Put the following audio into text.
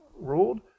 ruled